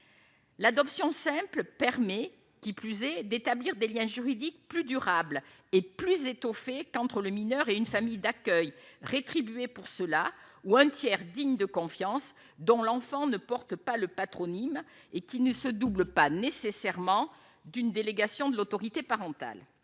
l'adoption simple permet, qui plus est d'établir des Liens juridiques plus durable et plus étoffés qu'entre le mineur est une famille d'accueil rétribués pour cela ou un tiers digne de confiance dont l'enfant ne porte pas le patronyme et qui ne se double pas nécessairement d'une délégation de l'autorité parentale,